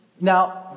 Now